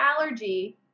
allergy